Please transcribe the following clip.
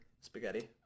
spaghetti